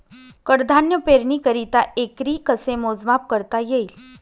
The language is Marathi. कडधान्य पेरणीकरिता एकरी कसे मोजमाप करता येईल?